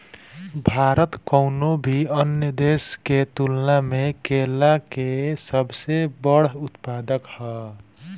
भारत कउनों भी अन्य देश के तुलना में केला के सबसे बड़ उत्पादक ह